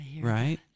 right